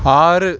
ஆறு